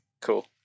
Cool